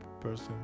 person